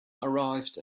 arrived